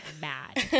mad